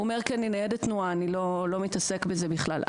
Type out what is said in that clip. הוא אומר: כי אני ניידת תנועה אני לא מתעסק בזה בכלל.